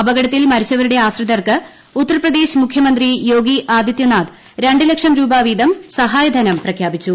അപകടത്തിൽ മരിച്ചവരുടെ ആശ്രിതർക്ക് ഉത്തർപ്രദേശ്യ മുഖ്യമന്ത്രി യോഗി ആദിത്യനാഥ് രണ്ട് ലക്ഷ്ടം രൂപ് വീതം സഹായധനം പ്രഖ്യാപിച്ചു